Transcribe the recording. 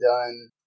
done